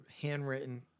handwritten